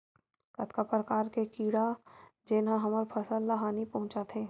कतका प्रकार के कीड़ा जेन ह हमर फसल ल हानि पहुंचाथे?